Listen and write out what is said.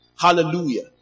Hallelujah